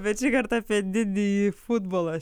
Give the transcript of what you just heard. bet šį kartą apie didįjį futbolą